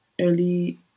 early